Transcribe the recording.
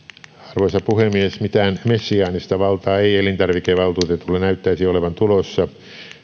arvoisa puhemies mitään messiaanista valtaa ei elintarvikevaltuutetulle näyttäisi olevan tulossa